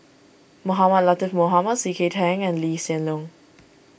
Mohamed Latiff Mohamed C K Tang and Lee Hsien Loong